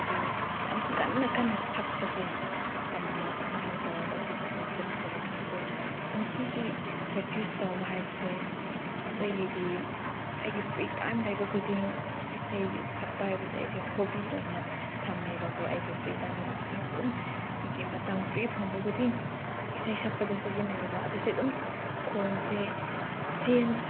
ꯑꯗꯨ ꯌꯥꯝ ꯀꯟꯅ ꯀꯟꯅ ꯁꯛꯄꯁꯦ ꯇꯝꯕ ꯑꯗꯨꯃꯥꯏꯅ ꯇꯧꯔꯒ ꯑꯩꯈꯣꯏ ꯈꯣꯟꯁꯦ ꯐꯖꯔꯛꯀꯅꯤ ꯑꯗꯨ ꯅꯨꯡꯇꯤꯒꯤ ꯄ꯭ꯔꯦꯛꯇꯤꯁ ꯇꯧꯕ ꯍꯥꯏꯕꯁꯦ ꯑꯩꯒꯤꯗꯤ ꯑꯩꯒꯤ ꯐ꯭ꯔꯤ ꯇꯥꯏꯝ ꯂꯩꯕ ꯈꯨꯗꯤꯡ ꯏꯁꯩ ꯁꯛꯄ ꯍꯥꯏꯕꯁꯦ ꯑꯩꯒꯤ ꯍꯣꯕꯤ ꯑꯣꯏꯅ ꯊꯝꯃꯦꯕꯀꯣ ꯑꯩꯒꯤ ꯐ꯭ꯔꯤ ꯇꯥꯏꯝ ꯂꯩꯕ ꯈꯨꯗꯤꯡ ꯑꯗꯨꯝ ꯑꯩꯒꯤ ꯃꯇꯝ ꯐ꯭ꯔꯤ ꯐꯪꯕ ꯈꯨꯗꯤꯡ ꯏꯁꯩ ꯁꯛꯄꯗ ꯁꯤꯖꯤꯟꯅꯩꯌꯦꯕ ꯑꯗꯨꯁꯤ ꯑꯗꯨꯝ ꯈꯣꯟꯁꯦ